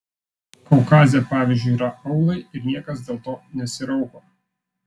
kaukaze pavyzdžiui yra aūlai ir niekas dėl to nesirauko